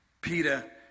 Peter